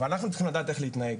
אבל אנחנו צריכים לדעת איך להתנהג.